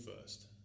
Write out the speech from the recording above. first